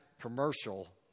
commercial